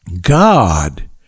God